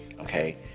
Okay